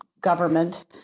government